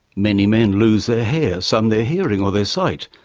many men lose their hair, some their hearing or their sight.